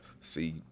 see